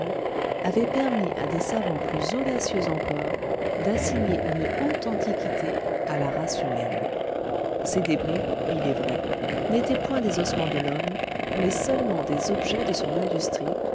avaient permis à des savants plus audacieux encore d'assigner une haute antiquité à la race humaine ces débris il est vrai n'étaient point des ossements de l'homme mais seulement des objets de son industrie